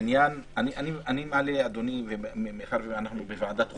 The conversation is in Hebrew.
מאחר שאנחנו בוועדת החוקה,